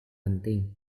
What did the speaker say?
penting